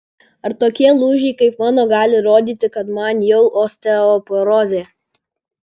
ar tokie lūžiai kaip mano gali rodyti kad man jau osteoporozė